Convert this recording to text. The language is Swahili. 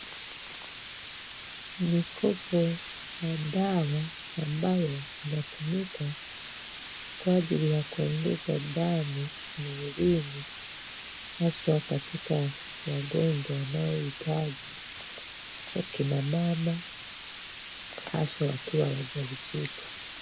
Mikopo ya dawa ambayo inatumika kwa ajili ya kuongeza damu mwilini, haswa katika wagonjwa wanaohitaji, hasa akina mama haswa wakiwa wajawazito.